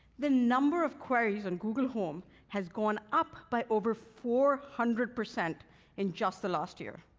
the number of queries in google home has gone up by over four hundred percent in just the last year.